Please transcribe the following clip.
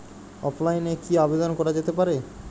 অফলাইনে কি আবেদন করা যেতে পারে?